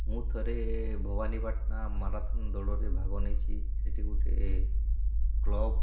ମୁଁ ଥରେ ଭବାନୀପାଟଣା ମାରାଥନ୍ ଦୌଡ଼ରେ ଭାଗ ନେଇଛି ସେଇଠି ଗୋଟେ କ୍ଳବ୍